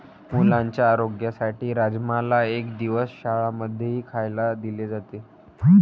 मुलांच्या आरोग्यासाठी राजमाला एक दिवस शाळां मध्येही खायला दिले जाते